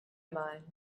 mind